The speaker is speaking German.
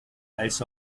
als